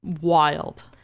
wild